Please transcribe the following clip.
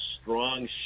strong